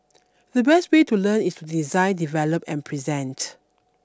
the best way to learn is design develop and present